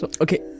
Okay